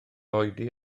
oedi